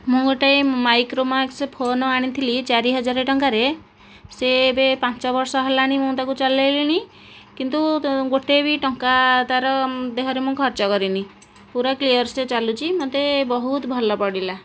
ମୁଁ ଗୋଟିଏ Micromax phone ଆଣିଥିଲି ଚାରି ହଜାର ଟଙ୍କାରେ ସେ ଏବେ ପାଞ୍ଚ ବର୍ଷ ହେଲାଣି ମୁଁ ତାକୁ ଚଲେଇଲିଣି କିନ୍ତୁ ଗୋଟିଏ ବି ଟଙ୍କା ତାର ଦେହରେ ମୁଁ ଖର୍ଚ୍ଚ କରିନି ପୁରା କ୍ଲିଅର ସେ ଚାଲୁଛି ମୋତେ ବହୁତ ଭଲ ପଡ଼ିଲା